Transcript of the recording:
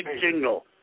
jingle